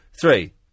three